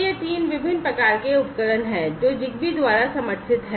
ये 3 विभिन्न प्रकार के उपकरण हैं जो ZigBee द्वारा समर्थित हैं